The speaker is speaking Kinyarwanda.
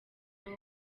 naho